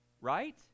right